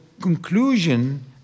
conclusion